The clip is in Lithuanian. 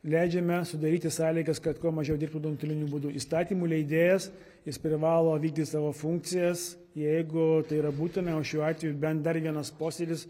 leidžiame sudaryti sąlygas kad kuo mažiau dirbtų nuotoliniu būdu įstatymų leidėjas jis privalo vykdyti savo funkcijas jeigu tai yra būtina o šiuo atveju bent dar vienas posėdis